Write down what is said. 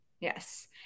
Yes